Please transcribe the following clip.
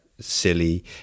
silly